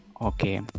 okay